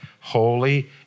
holy